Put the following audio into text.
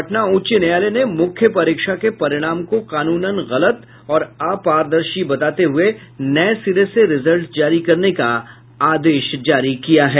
पटना उच्च न्यायालय ने मुख्य परीक्षा के परिणाम को कानूनन गलत और अपारदर्शी बताते हुये नये सिरे से रिजल्ट जारी करने का आदेश दिया है